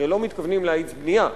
הרי לא מתכוונים להאיץ בנייה.